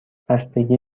بستگی